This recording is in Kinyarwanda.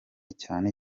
cyane